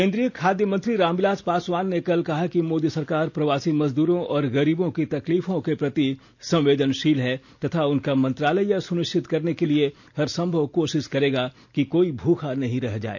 केंद्रीय खाद्य मंत्री राम विलास पासवान ने कल कहा कि मोदी सरकार प्रवासी मजदूरों और गरीबों की तकलीफों के प्रति संवेदनशील है तथा उनका मंत्रालय यह सुनिश्चित करने के लिए हर संभव कोशिश करेगा कि कोई भूखा नहीं रह जाए